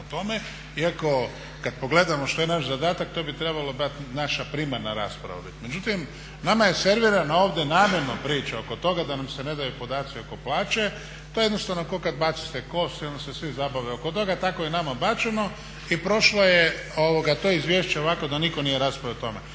tome iako kad pogledamo što je naš zadatak to bi trebalo biti naša primarna rasprava. Međutim, nama je servirano ovdje namjerno priča oko toga da nam se ne daju podaci oko plaće, to je jednostavno ko kad bacite kost i onda se svi zabave oko toga, tako je i nama bačeno i prošlo je to izvješće ovako da nitko nije raspravljao o tome.